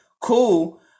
cool